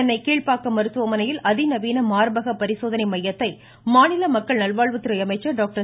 சென்னை கீழ்ப்பாக்கம் மருத்துவமனையில் அதிநவீன மார்பக பரிசோதனை மையத்தை மாநில மக்கள் நல்வாழ்வுத்துறை அமைச்சர் டாக்டர்